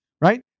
right